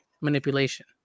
manipulation